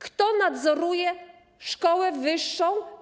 Kto nadzoruje szkołę wyższą?